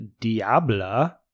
Diabla